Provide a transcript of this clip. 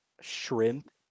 shrimp